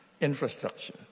infrastructure